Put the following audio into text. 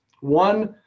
One